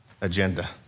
agenda